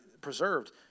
preserved